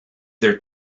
their